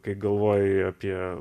kai galvoji apie